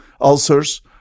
ulcers